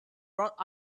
brought